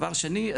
דבר שני,